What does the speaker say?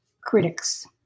critics